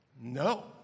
No